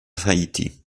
haiti